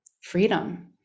freedom